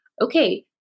okay